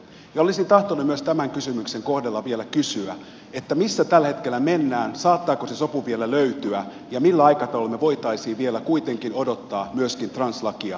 olisin tahtonut myös tämän kysymyksen kohdalla vielä kysyä missä tällä hetkellä mennään saattaako se sopu vielä löytyä ja millä aikataululla me voisimme vielä kuitenkin odottaa myöskin translakia tänne eduskuntaan